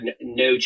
no